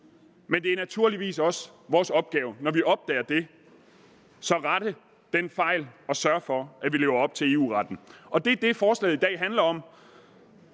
Men det er naturligvis også vores opgave, når vi opdager det, så at rette den fejl og sørge for, at vi lever op til EU-retten. Det er det, som forslaget, vi har her i